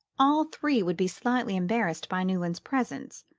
all three would be slightly embarrassed by newland's presence,